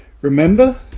Remember